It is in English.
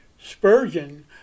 Spurgeon